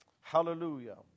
Hallelujah